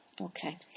Okay